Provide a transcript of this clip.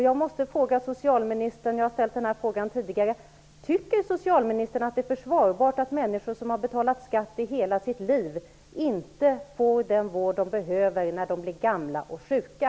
Jag måste fråga socialministern om hon tycker att det är försvarbart att människor som har betalat skatt i hela sitt liv inte får den vård de behöver när de blir gamla och sjuka.